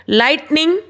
lightning